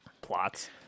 plots